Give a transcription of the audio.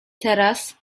teraz